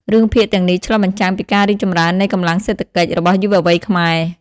រឿងភាគទាំងនេះ ឆ្លុះបញ្ចាំងពីការរីកចម្រើននៃកម្លាំងសេដ្ឋកិច្ចរបស់យុវវ័យខ្មែរ។